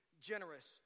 generous